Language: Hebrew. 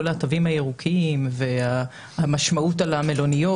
התווים הירוקים והמשמעות על המלוניות.